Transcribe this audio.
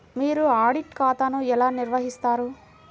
మీరు ఆడిట్ ఖాతాను ఎలా నిర్వహిస్తారు?